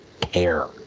care